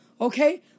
okay